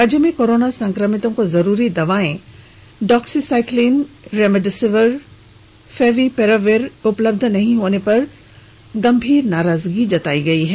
राज्य में कोरोना संक्रमितों को जरूरी दवाएं डॉक्सीसाइक्लिन रेमेडिसिविर फैवीपिरावीर उपलब्ध नहीं होने पर गंभीर नाराजगी जतायी है